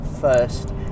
first